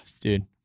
dude